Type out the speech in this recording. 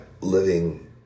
living